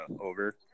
Over